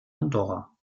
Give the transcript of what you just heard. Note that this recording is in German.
andorra